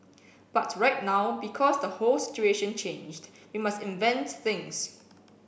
but right now because the whole situation changed we must invent things